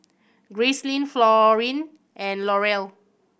Gracelyn Florene and Laurel